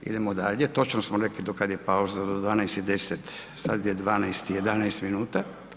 Idemo dalje, točno smo rekli do kad je pauza, do 12 i 10, sad je 12 i 11 minuta.